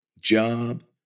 job